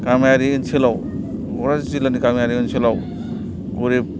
गामियारि ओनसोलाव क'क्राझार जिल्लानि गामियारि ओनसोलाव गरिब